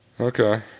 Okay